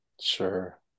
Sure